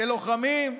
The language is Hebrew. כלוחמים,